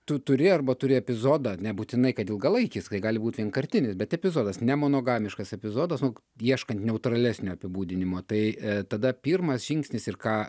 tu turi arba turi epizodą nebūtinai kad ilgalaikis tai gali būti vienkartinis bet epizodas ne monogamiškas epizodas nu ieškant neutralesnio apibūdinimo tai tada pirmas žingsnis ir ką